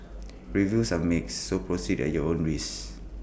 reviews are mixed so proceed at your own risk